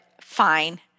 fine